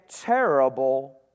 terrible